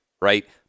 right